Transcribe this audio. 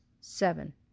seven